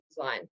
design